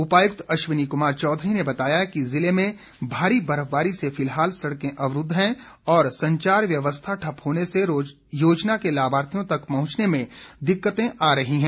उपायुक्त अश्वनी कृमार चौधरी ने बताया कि जिले में भारी बर्फबारी से फिलहाल सड़कें अवरूद्व हैं और संचार व्यवस्था ठप्प होने से योजना के लाभार्थियों तक पहुंचने में दिक्कतें आ रही हैं